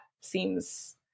seems